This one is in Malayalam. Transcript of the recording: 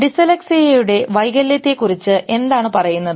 ഡിസ്ലെക്സിയയുടെ വൈകല്യത്തെക്കുറിച്ച് എന്താണ് പറയുന്നത്